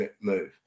move